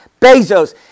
Bezos